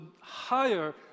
higher